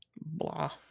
Blah